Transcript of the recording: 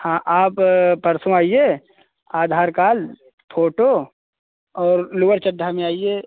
हाँ आप परसों आइए आधार कार्ड फोटो और लोअर चड्डा में आइए